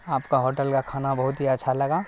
آپ کا ہوٹل کا کھانا بہت ہی اچھا لگا